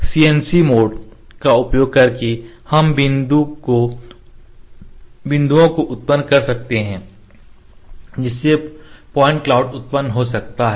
CNC mode का उपयोग करके हम उस बिंदु को उत्पन्न कर सकते हैं जिससे पॉइंट क्लाउड उत्पन्न हो सकता है